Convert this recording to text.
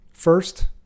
First